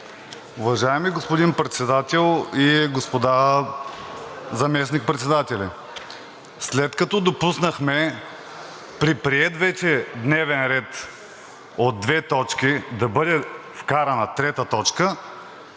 Уважаеми господин Председател и господа заместник-председатели! След като допуснахме при приет вече дневен ред от две точки да бъде вкарана трета точка,